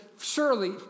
surely